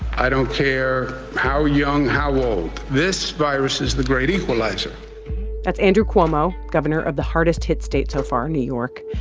i don't care how young, how old. this virus is the great equalizer that's andrew cuomo, governor of the hardest-hit state so far new york.